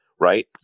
right